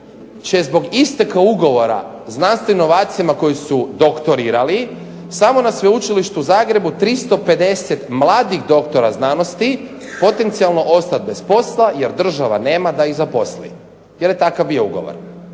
će zbog isteka ugovora znanstvenim novacima koji su doktorirali samo na Sveučilištu u Zagrebu 350 mladih doktora znanosti, potencijalno ostati bez posla, jer država nema da iz zaposli, jer je takav bio ugovor.